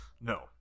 No